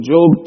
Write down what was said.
Job